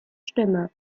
stimme